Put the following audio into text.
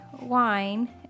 wine